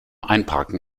einparken